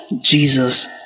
Jesus